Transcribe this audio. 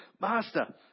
master